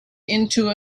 into